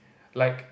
like